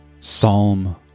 Psalm